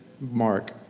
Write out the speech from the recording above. Mark